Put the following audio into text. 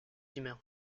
humains